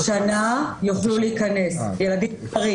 לא, עד גיל שנה יוכלו להיכנס ילדים זרים.